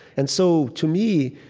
and so, to me,